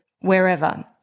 wherever